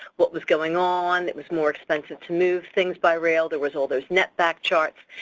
what was going on, it was more expensive to move things by rail, there was all those netback charts.